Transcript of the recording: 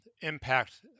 impact